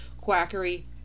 quackery